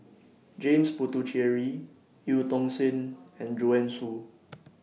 James Puthucheary EU Tong Sen and Joanne Soo